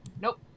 nope